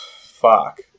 Fuck